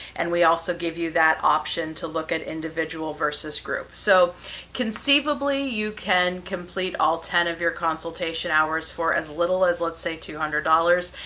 and we also give you that option to look at individual versus groups. so conceivably, you can complete all ten of your consultation hours for as little as, let's say two hundred dollars.